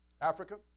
Africa